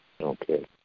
Okay